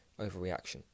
overreaction